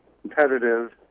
competitive